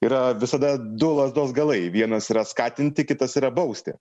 yra visada du lazdos galai vienas yra skatinti kitas yra bausti